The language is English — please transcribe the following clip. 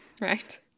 right